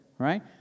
Right